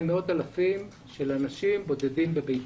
מאות אלפים אנשים שהיו בודדים בביתם.